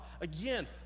Again